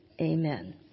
Amen